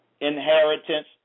inheritance